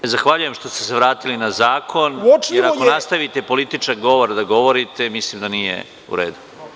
Zahvaljujem što ste se vratili na zakon, jer ako nastavite politički govor da govorite, mislim da nije u redu.